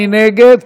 מי נגד?